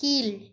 கீழ்